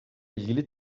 ilgili